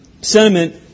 sentiment